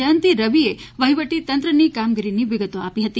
જયંતિ રવિએ વહીવટી તંત્રની કામગીરીની વિગતો આપી હતી